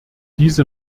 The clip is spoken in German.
diese